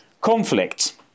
conflict